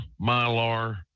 Mylar